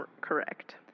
Correct